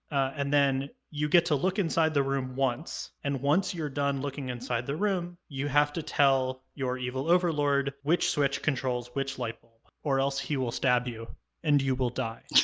and then you get to look inside the room once. and once you're done looking inside the room, you have to tell your evil overlord which switch controls which light bulb or else he will stab you and you will die. and